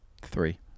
Three